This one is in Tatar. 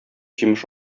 җимеш